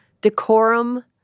decorum